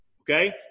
Okay